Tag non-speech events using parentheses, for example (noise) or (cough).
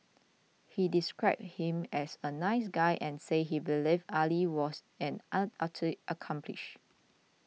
he described him as a nice guy and said he believed Ali was an (unintelligible) accomplice